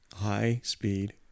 High-speed